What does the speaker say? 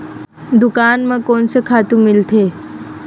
दुकान म कोन से खातु मिलथे?